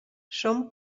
són